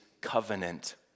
covenant